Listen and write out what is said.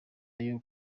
ayo